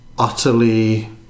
utterly